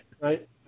Right